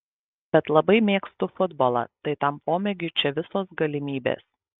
bet labai mėgstu futbolą tai tam pomėgiui čia visos galimybės